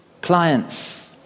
clients